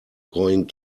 going